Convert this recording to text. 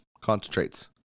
concentrates